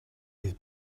fydd